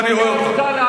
אני רואה אותך.